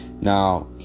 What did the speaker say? Now